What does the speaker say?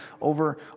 over